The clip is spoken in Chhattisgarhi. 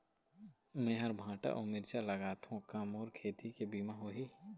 मेहर भांटा अऊ मिरचा लगाथो का मोर खेती के बीमा होही?